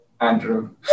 Andrew